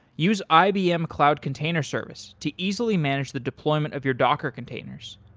use ibm cloud container service to easily manage the deployment of your docker containers.